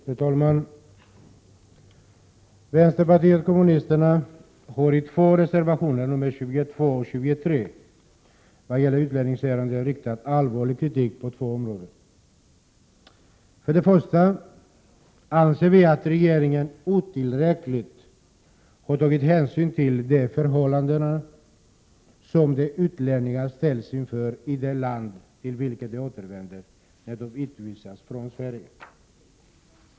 Fru talman! Vänsterpartiet kommunisterna har i två reservationer, nr 22 och 23, vad gäller utlänningsärenden riktat allvarlig kritik på två områden. Vi anser att regeringen otillräckligt har tagit hänsyn till de förhållanden som de utlänningar ställs inför i det land till vilket de återvänder när de utvisas från Sverige.